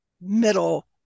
Middle